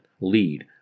lead